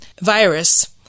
virus